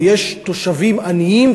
ויש תושבים עניים,